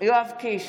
יואב קיש,